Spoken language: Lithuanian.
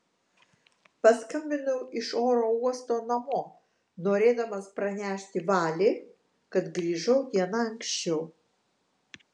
paskambinau iš oro uosto namo norėdamas pranešti vali kad grįžau diena anksčiau